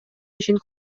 ишин